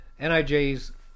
NIJ's